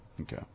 Okay